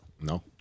no